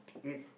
eat